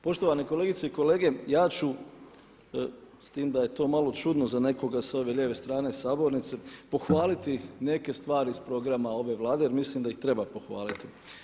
Poštovane kolegice i kolege, ja ću s tim da je to malo čudno za nekoga sa ove lijeve strane sabornice pohvaliti neke stvari iz programa ove Vlade, jer mislim da ih treba pohvaliti.